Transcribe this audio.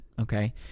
okay